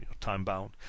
time-bound